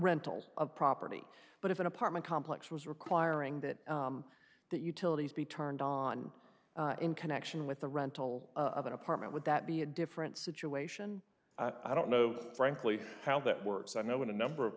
rental property but if an apartment complex was requiring that that utilities be turned on in connection with the rental of an apartment would that be a different situation i don't know frankly how that works i know in a number of